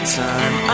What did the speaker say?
time